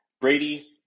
Brady